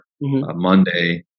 Monday